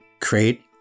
create